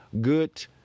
good